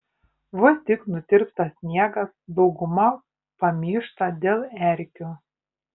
vos tik nutirpsta sniegas dauguma pamyšta dėl erkių